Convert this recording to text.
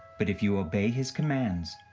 but if you obey his commands,